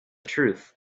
truth